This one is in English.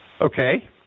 Okay